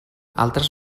altres